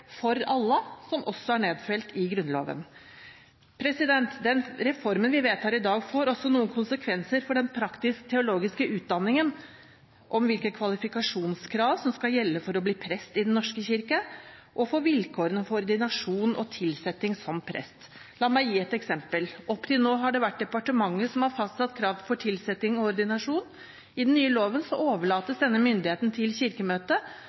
for alle, som også er nedfelt i Grunnloven. Den reformen vi vedtar i dag, får også noen konsekvenser for den praktisk-teologiske utdanningen om hvilke kvalifikasjonskrav som skal gjelde for å bli prest i Den norske kirke, og for vilkårene for ordinasjon og tilsetting som prest. La meg gi et eksempel. Opp til nå har det vært departementet som har fastsatt krav for tilsetting og ordinasjon. I den nye loven overlates denne myndigheten til Kirkemøtet,